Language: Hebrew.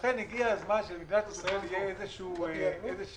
לכן הגיע הזמן שלמדינת ישראל תהיה איזו אסטרטגיה